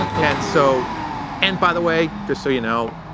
and so and by the way, just so you know,